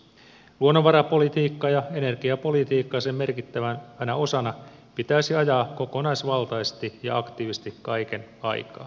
luonnonvarapolitiikkaa ja energiapolitiikkaa sen merkittävänä osana pitäisi ajaa kokonaisvaltaisesti ja aktiivisesti kaiken aikaa